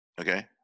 okay